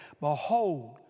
Behold